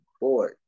boy